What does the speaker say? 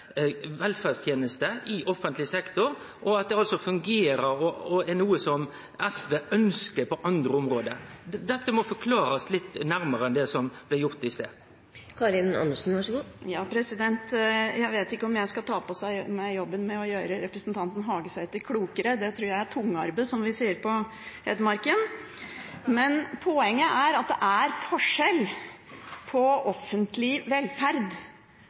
i offentleg sektor, når det altså fungerer og er noko som SV ønskjer på andre område. Dette må forklarast litt nærmare enn det som blei gjort i stad. Jeg vet ikke om jeg skal ta på meg jobben med å gjøre representanten Hagesæter klokere, det tror jeg er «tungarbeid», som vi sier på Hedmarken, men poenget er at det er forskjell på offentlig velferd